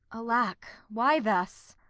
alack, why thus?